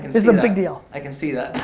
it's it's a big deal. i can see that.